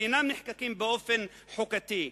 שאינם נחקקים באופן חוקתי,